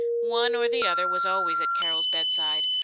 one or the other was always at carol's bedside,